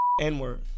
N-word